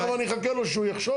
עכשיו אני אחכה לו שהוא יחשוב?